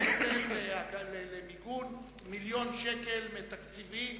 אני נותן למיגון 1 מיליון שקל מתקציבי.